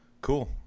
Cool